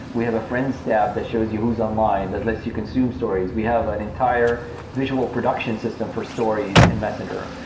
we have a friends tab that shows you who's online that lets you consume stories. we have an entire visual production system for stories in messenger.